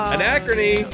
Anachrony